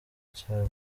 cya